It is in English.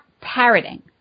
parroting